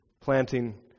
planting